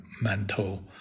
mental